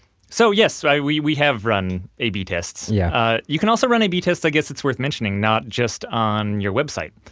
so yes, we we have run a b tests. yeah you can also run a b tests, i guess it's worth mentioning, not just on your website.